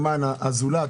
הזולת,